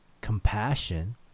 compassion